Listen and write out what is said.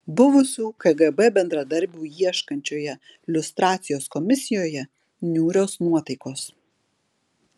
buvusių kgb bendradarbių ieškančioje liustracijos komisijoje niūrios nuotaikos